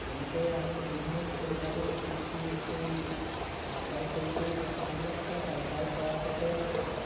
তেনেকৈ আমি বিজনেছ কৰি থাকোঁ ইটো ইটো কৰি আপডাল কৰি কৰি বস্তুবিলাক চব আপডাল কৰা ওপৰতে কথা